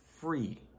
free